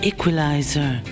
Equalizer